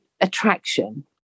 attraction